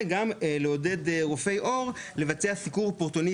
וגם גם לעודד רופא עור לבצע סיקור ---,